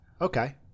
Okay